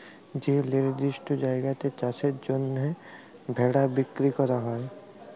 যে লিরদিষ্ট জায়গাতে চাষের জ্যনহে ভেড়া বিক্কিরি ক্যরা হ্যয়